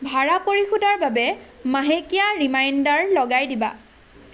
ভাড়া পৰিশোধৰ বাবে মাহেকীয়া ৰিমাইণ্ডাৰ লগাই দিবা